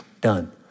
done